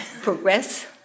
progress